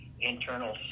internal